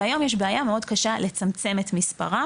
והיום יש בעיה מאוד קשה לצמצם את מספרם,